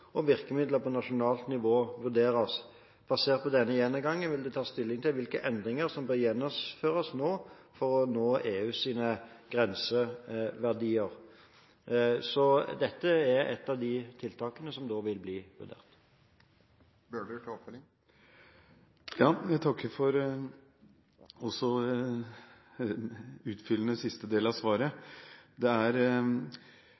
og virkemidler på nasjonalt nivå vurderes. Basert på denne gjennomgangen vil det tas stilling til hvilke endringer som bør gjennomføres nå for å nå EUs grenseverdier. Så dette er et av de tiltakene som da vil bli vurdert. Jeg takker også for utfyllende siste del av